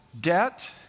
debt